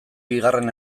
bigarren